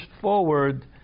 forward